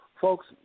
Folks